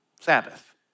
Sabbath